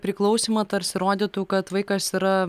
priklausymą tarsi rodytų kad vaikas yra